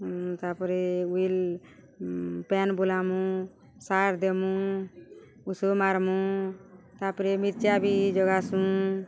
ତା'ପରେ ଉଇଲ୍ ପେନ୍ ବୁଲାମୁ ସାର୍ ଦେମୁ ଉଷୋ ମାର୍ମୁ ତା'ପରେ ମିର୍ଚା ବି ଜଗାସୁଁ